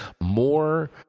more